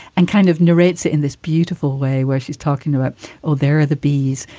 and kind of narrates in this beautiful way where she's talking to her. oh, there are the bees,